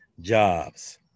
jobs